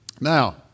Now